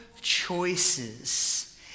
choices